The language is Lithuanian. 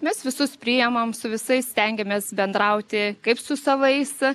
mes visus priimame su visais stengiamės bendrauti kaip su savais